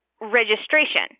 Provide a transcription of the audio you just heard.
registration